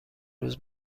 روز